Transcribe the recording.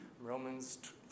Romans